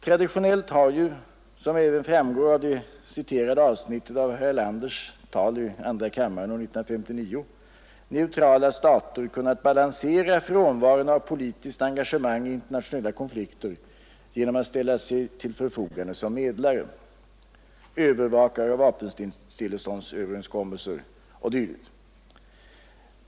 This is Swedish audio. Traditionellt har ju, som även framgår av det citerade avsnittet av herr Erlanders interpellationssvar i andra kammaren år 1959, neutrala stater kunnat balansera frånvaron av politiskt engagemang i internationella konflikter genom att ställa sig till förfogande som medlare, övervakare av vapenstilleståndsöverenskommelser och dylikt.